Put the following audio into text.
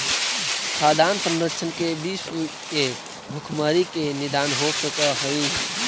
खाद्यान्न संरक्षण से विश्व के भुखमरी के निदान हो सकऽ हइ